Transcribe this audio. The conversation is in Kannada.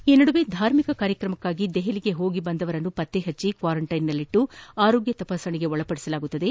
ಈ ನಡುವೆ ಧಾರ್ಮಿಕ ಕಾರ್ಯಕ್ರಮಕ್ಕಾಗಿ ದೆಹಲಿಗೆ ಹೋಗಿ ಬಂದವರನ್ನು ಪತ್ತೆ ಹಚ್ಚಿ ಕ್ವಾರಂಟೈನಲ್ಲಿಟ್ಟು ಆರೋಗ್ಯ ತಪಾಸಣೆಗೊಳಪಡಿಸಲಾಗುವುದು